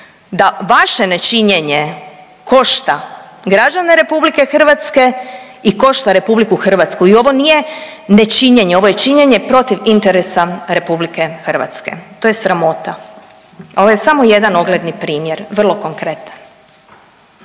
da vaše nečinjene košta građane RH i košta RH. I ovo nije nečinjenje ovo je činjenje protiv interesa RH. To je sramota, a ovo je samo jedan ogledni primjerak vrlo konkretan.